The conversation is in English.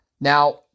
Now